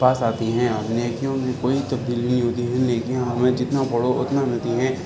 پاس آتی ہیں اور نیکیوں میں کوئی تبدیلی نہیں ہوتی ہے نیکیاں ہمیں جتنا پڑھو اتنا ملتی ہیں